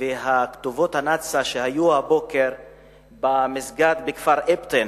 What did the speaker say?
וכתובות הנאצה שהיו הבוקר במסגד בכפר אבטין,